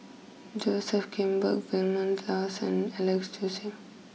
Joseph Grimberg Vilma Laus and Alex Josey